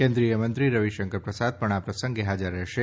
કેન્દ્રીય મંત્રી રવિશંકર પ્રસાદ પણ આ પ્રસંગે હાજર રહેશે